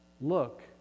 look